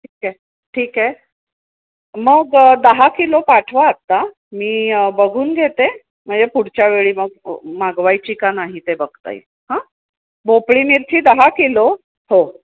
ठीक आहे ठीक आहे मग दहा किलो पाठवा आता मी बघून घेते म्हणजे पुढच्या वेळी मग मागवायची का नाही ते बघता येईल हां भोपळी मिरची दहा किलो हो